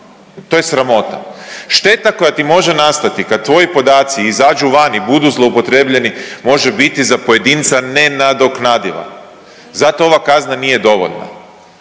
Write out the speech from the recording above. to je sramota. Šteta koja ti može nastati kad tvoji podaci izađu vani, budu zloupotrijebljeni može biti za pojedinca nenadoknadiva. Zato ova kazna nije dovoljna